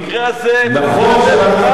נכון שאנחנו לא,